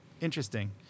Interesting